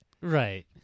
Right